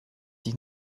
dich